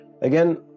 again